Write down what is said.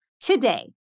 Today